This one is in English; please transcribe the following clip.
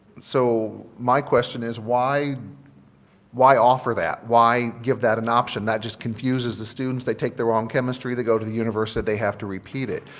so my question is why why offer that? why give that an option? that just confuses the students. they take the wrong chemistry. they go to the university that they have to repeat it.